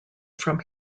from